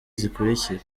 zikurikira